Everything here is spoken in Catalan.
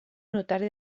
notari